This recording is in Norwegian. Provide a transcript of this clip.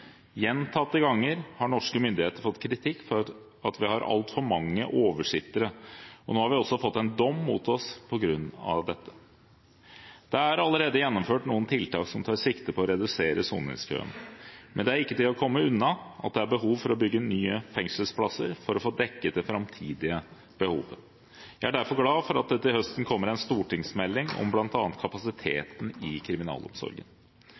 Gjentatte ganger har norske myndigheter fått kritikk for at vi har altfor mange oversittere. Nå har vi også fått en dom mot oss på grunn av dette. Det er allerede gjennomført noen tiltak som tar sikte på å redusere soningskøen, men det er ikke til å komme unna at det er behov for å bygge nye fengselsplasser for å få dekket det framtidige behovet. Jeg er derfor glad for at det til høsten kommer en stortingsmelding om bl.a. kapasiteten i kriminalomsorgen.